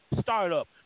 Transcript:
Startup